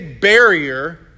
barrier